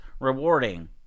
rewarding